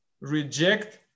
reject